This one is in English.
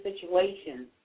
situations